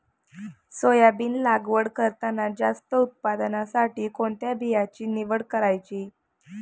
Soybean लागवड करताना जास्त उत्पादनासाठी कोणत्या बियाण्याची निवड करायची?